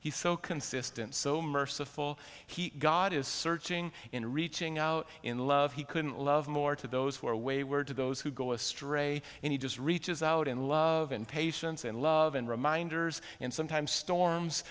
he's so consistent so merciful he god is searching in reaching out in love he couldn't love more to those who are wayward to those who go astray and he just reaches out in love and patience and love and reminders and sometimes storms